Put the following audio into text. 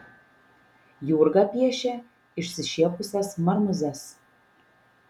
jurga piešia išsišiepusias marmūzes